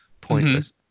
Pointless